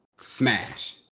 smash